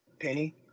Penny